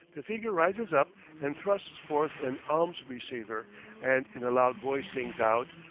the figure rises up and thrusts forth an alms-receiver and in a loud voice sings out,